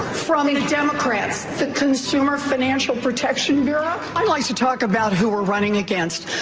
from the democrats, the consumer financial protection bureau. i'd like to talk about who we're running against.